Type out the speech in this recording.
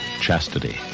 Chastity